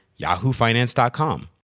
yahoofinance.com